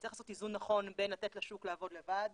צריך לעשות איזון נכון בין לתת לשוק לעבוד לבד,